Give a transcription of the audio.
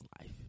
life